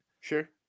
Sure